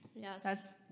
Yes